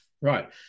Right